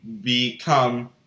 become